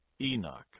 Enoch